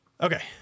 okay